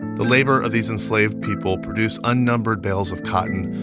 the labor of these enslaved people produced unnumbered bales of cotton,